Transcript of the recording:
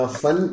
fun